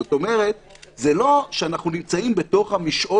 זאת אומרת זה לא שאנחנו נמצאים בתוך המשעול